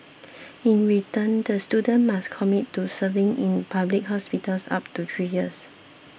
in return the students must commit to serving in public hospitals up to three years